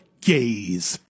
gaze